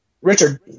Richard